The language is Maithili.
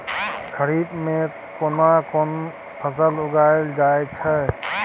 खरीफ में केना कोन फसल उगायल जायत छै?